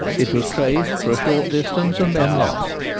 it was traced for a short distance and then lost.